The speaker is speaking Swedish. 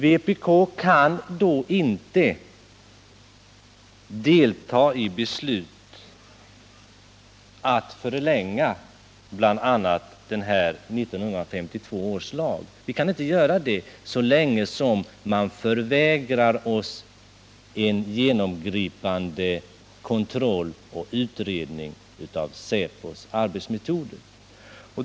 Vpk kan inte delta i beslut om att förlänga denna 1952 års lag så länge som vi förvägras en genomgripande kontroll och utredning av SÄPO:s arbetsmetoder.